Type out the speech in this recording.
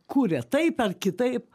kuria taip ar kitaip